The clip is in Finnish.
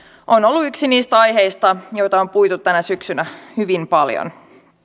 on ollut yksi niistä aiheista joita on puitu tänä syksynä hyvin paljon